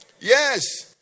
Yes